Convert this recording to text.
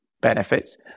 benefits